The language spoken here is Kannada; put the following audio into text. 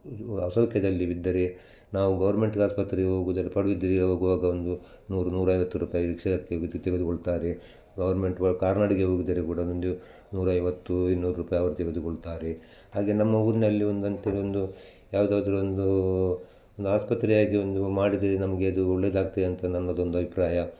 ಅಸೌಖ್ಯದಲ್ಲಿ ಬಿದ್ದರೆ ನಾವು ಗೌರ್ಮೆಂಟ್ಗೆ ಆಸ್ಪತ್ರೆಗೆ ಹೋಗುದಾದರೆ ಪಡುಬಿದ್ರೆ ಹೋಗುವಾಗ ಒಂದು ನೂರು ನೂರೈವತ್ತು ರೂಪಾಯಿ ರಿಕ್ಷಾಕ್ಕೆ ಇದು ತೆಗೆದು ತೆಗೆದುಕೊಳ್ತಾರೆ ಗೌರ್ಮೆಂಟ್ ಕಾರ್ನಾಡಿಗೆ ಹೋಗಿದ್ದರೆ ಕೂಡ ಒಂದು ನೂರೈವತ್ತು ಇನ್ನೂರು ರೂಪಾಯಿ ಅವ್ರು ತೆಗೆದುಕೊಳ್ತಾರೆ ಹಾಗೆ ನಮ್ಮ ಊರಿನಲ್ಲಿ ಒಂದು ಅಂಥದ್ದೊಂದು ಯಾವ್ದಾದ್ರೂ ಒಂದು ಒಂದು ಆಸ್ಪತ್ರೆಯಾಗಿ ಒಂದು ಮಾಡಿದರೆ ನಮಗೆ ಅದು ಒಳ್ಳೆದಾಗ್ತದೆ ಅಂತ ನನ್ನದೊಂದು ಅಭಿಪ್ರಾಯ